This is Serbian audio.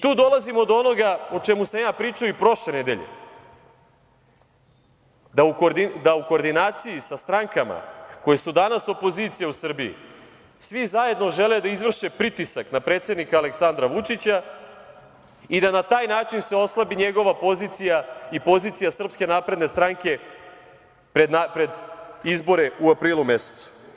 Tu dolazimo do onoga o čemu sam ja pričao i prošle nedelje, da u koordinaciji sa strankama koje su danas opozicija u Srbiji, svi zajedno žele da izvrše pritisak na predsednika Aleksandra Vučića i da na taj način se oslabi njegova pozicija i pozicija Srpske napredne stranke pred izbore u aprilu mesecu.